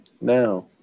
now